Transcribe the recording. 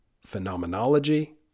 phenomenology